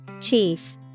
Chief